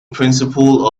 principle